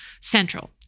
Central